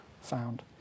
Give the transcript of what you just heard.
Found